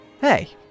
Hey